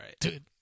dude